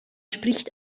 spricht